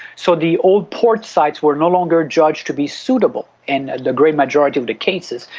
so the old port sites were no longer judged to be suitable in the great majority of the cases,